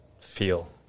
feel